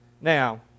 Now